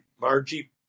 Margie